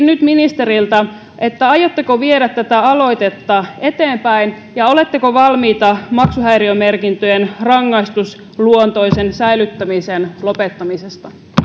nyt ministeriltä aiotteko viedä tätä aloitetta eteenpäin ja oletteko valmis maksuhäiriömerkintöjen rangaistusluontoisen säilyttämisen lopettamiseen